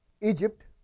Egypt